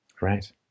Right